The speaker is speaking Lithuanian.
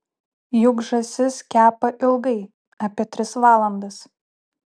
juk žąsis kepa ilgai apie tris valandas